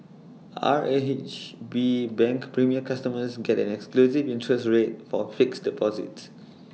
R A H B bank premier customers get an exclusive interest rate for fixed deposits